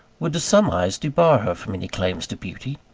would to some eyes debar her from any claims to beauty.